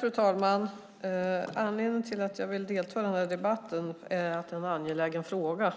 Fru talman! Anledningen till att jag vill delta i den här debatten är att det är en angelägen fråga